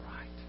right